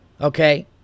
okay